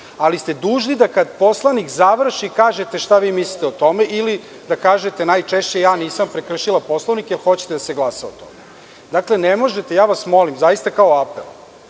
ali ste dužni da kada poslanik završi, kažete šta vi mislite o tome ili da kažete, najčešće – ja nisam prekršila Poslovnik i da li hoćete da se glasa o tome. Molim vas, zaista kao apel.